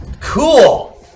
Cool